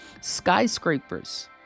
Skyscrapers